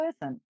person